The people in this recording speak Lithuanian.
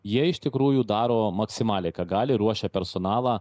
jie iš tikrųjų daro maksimaliai ką gali ruošia personalą